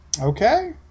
Okay